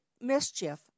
mischief